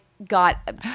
Got